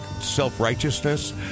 Self-righteousness